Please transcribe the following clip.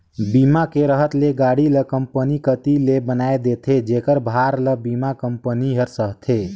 बीमा के रहत ले गाड़ी ल कंपनी कति ले बनाये देथे जेखर भार ल बीमा कंपनी हर सहथे